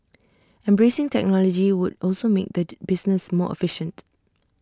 embracing technology would also make the business more efficient